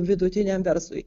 vidutiniam verslui